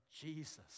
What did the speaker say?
Jesus